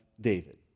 David